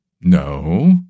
No